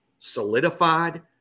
solidified